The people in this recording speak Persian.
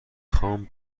خوام